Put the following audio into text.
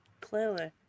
Clearly